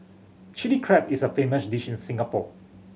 Chilli Crab is a famous dish in Singapore